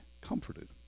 comforted